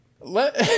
Let